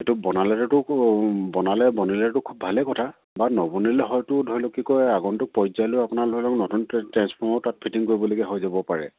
সেইটো বনালেতো বনালে বনিলটো খুব ভালেই কথা বাৰু নবনিল হয়তো ধৰি লওক কি কয় আগন্তটো পৰ্যায়লৈ আপোনাল ধৰি লওক নতুন ট্ৰেঞ্চফৰ্মাৰ তাত ফিটিং কৰিবলগীয়া হৈ যাব পাৰে